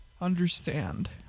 understand